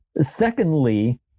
secondly